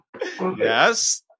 Yes